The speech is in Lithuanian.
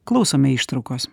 klausome ištraukos